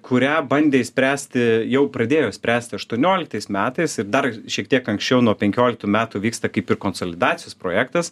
kurią bandė išspręsti jau pradėjo spręsti aštuonioliktais metais ir dar šiek tiek anksčiau nuo penkioliktų metų vyksta kaip ir konsolidacijos projektas